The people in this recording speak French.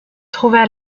trouva